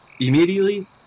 Immediately